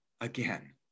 again